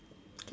hmm